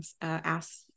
ask